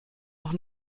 noch